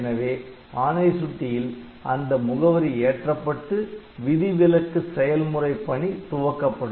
எனவே ஆணை சுட்டியில் அந்த முகவரி ஏற்றப்பட்டு விதிவிலக்கு செயல்முறை பணி துவக்கப்படும்